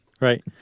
Right